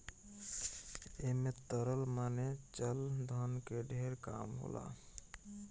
ऐमे तरल माने चल धन के ढेर काम होला